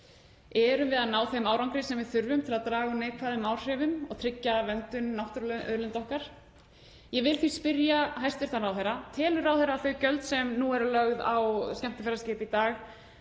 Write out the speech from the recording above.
Erum við að ná þeim árangri sem við þurfum til að draga úr neikvæðum áhrifum og tryggja verndun náttúrulegra auðlinda okkar? Ég vil því spyrja hæstv. ráðherra: Telur ráðherra að þau gjöld sem lögð eru á skemmtiferðaskip í dag